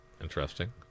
Interesting